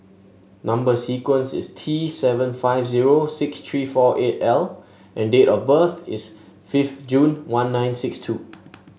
number sequence is T seven five zero six three four eight L and date of birth is fifth June one nine six two